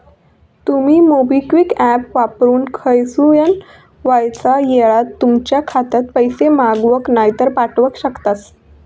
तुमी MobiKwik app वापरून खयसूनय वायच येळात तुमच्या खात्यात पैशे मागवक नायतर पाठवक शकतास